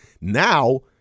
Now